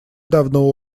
давно